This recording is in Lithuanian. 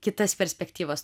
kitas perspektyvas